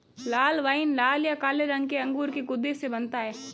लाल wine लाल या काले रंग के अंगूर के गूदे से बनता है